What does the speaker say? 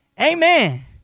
Amen